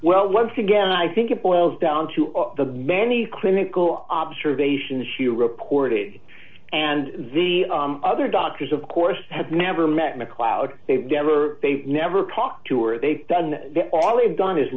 well once again i think it boils down to the many clinical observations she reported and the other doctors of course have never met macleod they never they never talk to or they've done all they've done is